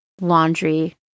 Laundry